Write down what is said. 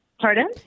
Pardon